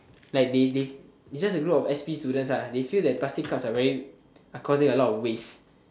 like they they is just a group of s_p students ah they feel that plastic cups are very are causing a lot of waste